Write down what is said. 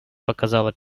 показала